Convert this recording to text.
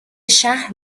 شهر